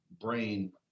brain